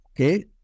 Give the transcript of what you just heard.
Okay